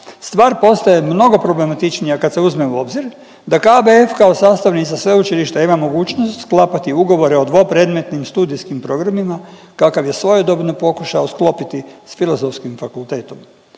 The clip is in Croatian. stvar postaje mnogo problematičnija kad se uzme u obzir da KBF kao sastavnica Sveučilišta ima mogućnost sklapati ugovore o dvopredmetnim studijskim programima kakav je svojedobno pokušao sklopiti s filozofskim fakultetom,